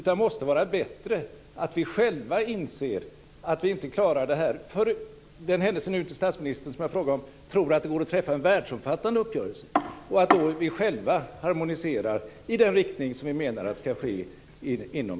Det måste vara bättre att vi själva inser att vi inte klarar det här - för den händelse att det inte går att träffa en världsomfattande uppgörelse - och att vi därför harmoniserar i den riktning som ska ske inom